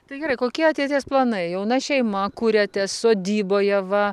tai geraikokie ateities planai jauna šeima kuriatės sodyboje va